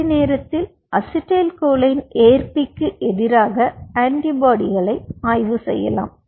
அதே நேரத்தில் நீங்கள் அசிடைல்கொலின் ஏற்பிக்கு எதிராக ஆன்டிபாடிகளை ஆய்வு செய்யலாம்